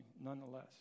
nonetheless